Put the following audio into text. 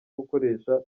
gukoresha